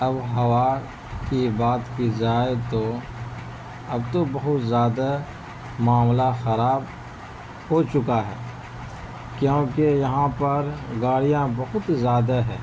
اب ہوا کی بات کی جائے تو اب تو بہت زیادہ معاملہ خراب ہو چکا ہے کیونکہ یہاں پر گاڑیاں بہت زیادہ ہے